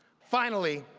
finally,